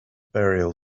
burial